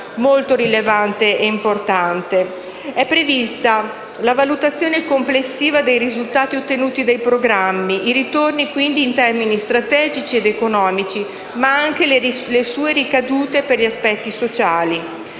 è prevista la valutazione complessiva dei risultati ottenuti dai programmi, dei ritorni in termini strategici ed economici, ma anche delle sue ricadute per gli aspetti sociali.